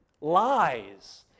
lies